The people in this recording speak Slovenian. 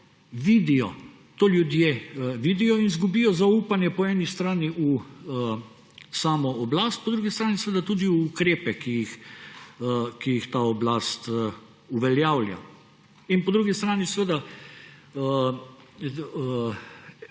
vidijo. To ljudje vidijo in izgubijo zaupanje po eni strani v samo oblast, po drugi strani pa tudi v ukrepe, ki jih ta oblast uveljavlja. In po drugi strani seveda